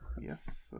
Yes